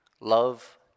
love